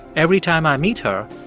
every time i meet her,